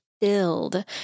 filled